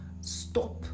stop